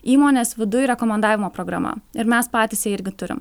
įmonės viduje rekomendavimo programa ir mes patys ją irgi turim